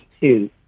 two